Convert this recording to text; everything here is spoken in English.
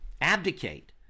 abdicate